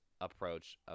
approach